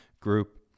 group